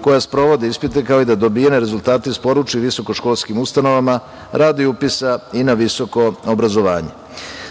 koje sprovode ispite, kao da i da dobijene rezultate isporuče visoko školskim ustanovama radi upisa i na visoko obrazovanje.